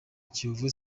kiyovu